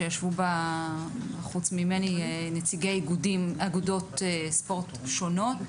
שישבו בה חוץ ממני נציגי אגודות ספורט שונות,